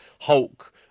Hulk